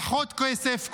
פחות כסף,